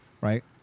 right